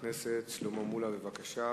חבר הכנסת שלמה מולה, בבקשה.